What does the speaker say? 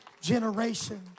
generation